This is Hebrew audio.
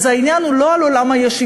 אז העניין הוא לא על עולם הישיבות,